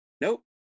Nope